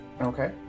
Okay